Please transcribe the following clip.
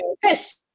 fish